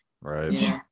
right